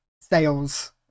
sales